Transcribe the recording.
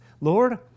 Lord